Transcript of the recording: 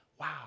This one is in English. Wow